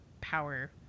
power